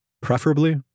Preferably